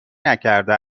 نکرده